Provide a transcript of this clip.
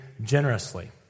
generously